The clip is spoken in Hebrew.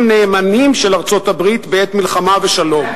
נאמנים של ארצות-הברית בעת מלחמה ושלום,